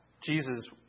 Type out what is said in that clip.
Jesus